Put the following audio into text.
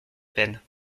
peine